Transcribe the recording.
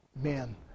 men